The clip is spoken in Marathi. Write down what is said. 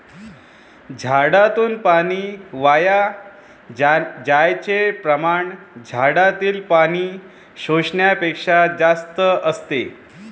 झाडातून पाणी वाया जाण्याचे प्रमाण झाडातील पाणी शोषण्यापेक्षा जास्त असते